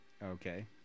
okay